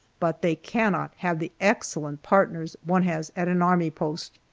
but they cannot have the excellent partners one has at an army post,